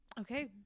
okay